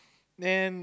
then